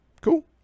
cool